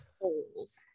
holes